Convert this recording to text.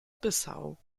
bissau